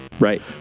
Right